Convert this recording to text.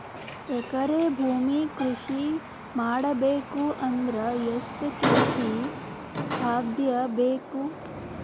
ಎಕರೆ ಭೂಮಿ ಕೃಷಿ ಮಾಡಬೇಕು ಅಂದ್ರ ಎಷ್ಟ ಕೇಜಿ ಖಾದ್ಯ ಬೇಕು?